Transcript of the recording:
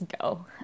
go